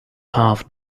half